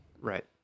Right